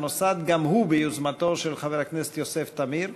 שנוסד גם הוא ביוזמתו של חבר הכנסת יוסף תמיר,